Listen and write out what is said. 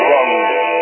London